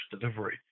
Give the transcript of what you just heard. delivery